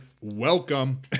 welcome